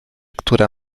która